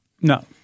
No